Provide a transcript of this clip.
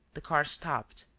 the car stopped.